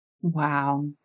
Wow